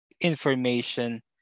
information